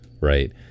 right